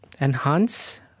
enhance